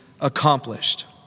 accomplished